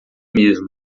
mesmo